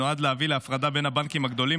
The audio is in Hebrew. שנועד להביא להפרדה בין הבנקים הגדולים